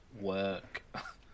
work